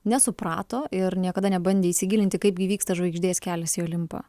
nesuprato ir niekada nebandė įsigilinti kaip gi vyksta žvaigždės kelias į olimpą